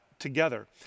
together